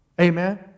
amen